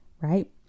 right